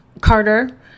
Carter